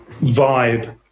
vibe